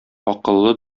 акыллы